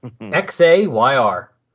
X-A-Y-R